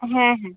হ্যাঁ হ্যাঁ